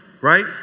Right